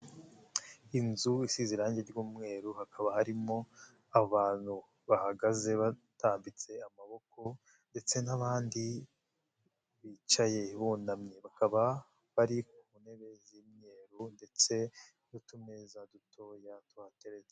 Inzu isize irangi ry'umweru, hakaba harimo abantu bahagaze batambitse amaboko, ndetse n'abandi bicaye bunamye, bakaba bari ku ntebe z'imyeru, ndetse n'utumeza dutoya tuhateretse.